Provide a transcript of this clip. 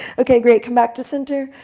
okay, great. come back to center.